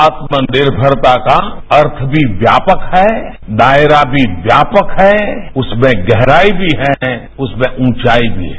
आत्मनिर्मरता का अर्थ भी व्यापक है दायरा भी व्यापक है उसमें गहराई भी है उसमें ऊंचाई भी है